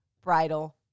bridal